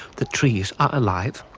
the trees are alive.